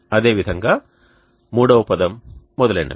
అదేవిధంగా మూడవ పదం మొదలైనవి